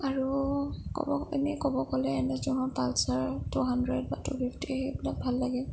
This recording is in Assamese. আৰু ক'ব এনে ক'ব গলে এনে যিখন পালছাৰ টু হাণ্ড্ৰেড বা টু ফিফটী সেইবিলাক ভাল লাগে